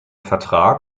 vertrag